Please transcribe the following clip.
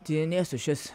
tyrinėsiu šiuos